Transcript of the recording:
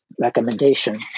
recommendation